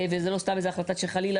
וזה לא סתם איזו החלטה שחלילה,